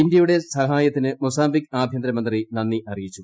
ഇന്ത്യയുടെ സഹായത്തിന് മൊസാംബിക് ആഭ്യന്തര മന്ത്രി നന്ദി അറിയിച്ചു